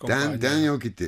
ten ten jau kiti